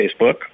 facebook